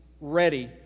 ready